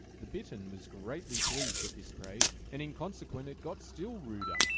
the bittern was greatly pleased at this praise, and in consequence it got still ruder,